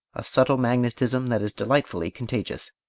a subtle magnetism that is delightfully contagious.